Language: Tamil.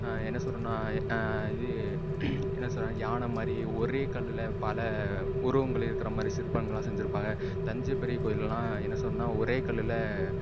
என்ன சொல்றதுன்னா இது என்ன சொல்றது யானை மாதிரி ஒரே கல்லில் பல உருவங்கள் இருக்கிறமாதிரி சிற்பங்களெலாம் செஞ்சுருப்பாங்க தஞ்சை பெரியகோயிலெலாம் என்ன சொல்லணும்னா ஒரே கல்லில்